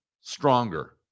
stronger